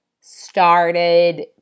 started